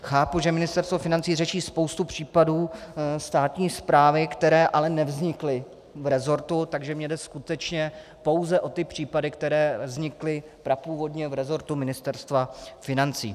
Chápu, že Ministerstvo financí řeší spoustu případů státní správy, které ale nevznikly v resortu, takže mi jde skutečně pouze o ty případy, které vznikly prapůvodně v resortu Ministerstva financí.